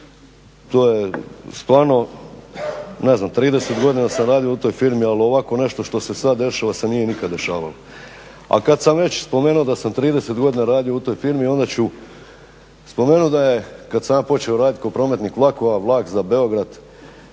to je stvarno, 30 godina sam radio u toj firmi, ali ovako nešto što se sad dešava se nije nikad dešavalo. A kad sam već spomenuo da sam 30 godina radio u toj firmi onda ću spomenut da je kad sam ja počeo raditi kao prometnik vlakova vlak za Beograd,